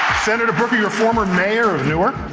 senator brooker, you're former mayor of newark.